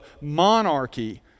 monarchy